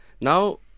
Now